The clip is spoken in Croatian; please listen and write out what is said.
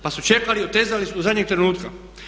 Pa su čekali, otezali su do zadnjeg trenutka.